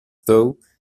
though